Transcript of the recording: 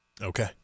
Okay